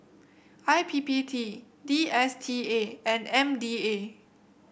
I P P T D S T A and M D A